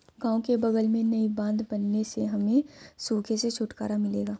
गांव के बगल में नई बांध बनने से हमें सूखे से छुटकारा मिलेगा